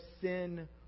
sin